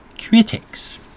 critics